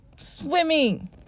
Swimming